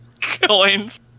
coins